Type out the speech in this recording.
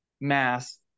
Mass